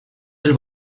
del